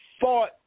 fought